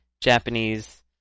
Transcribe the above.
Japanese